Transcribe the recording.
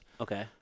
Okay